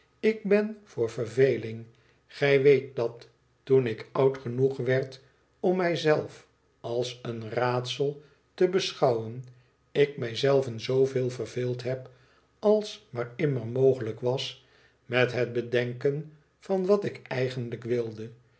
ik ben voor verveling gij weet dat toen ik oud genoeg werd om mij zelf als een raadsel te beschouwen ik mij zelven zooveel verveeld heb als maar immer mogelijk was met het bedenken van wat ik eigenlijk wilde